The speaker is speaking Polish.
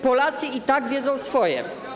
Polacy i tak wiedzą swoje.